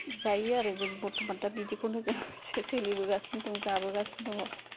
जायो आरो जों बर्थमान दा बिदिखौनो जों सोलिबोगासिनो दं जाबोगासिनो दङ